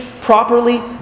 properly